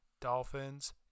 Dolphins